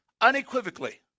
unequivocally